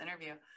interview